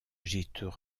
gîtes